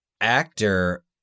actor